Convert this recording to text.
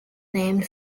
named